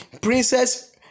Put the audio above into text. Princess